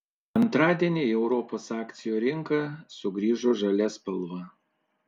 antradienį į europos akcijų rinką sugrįžo žalia spalva